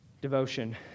devotion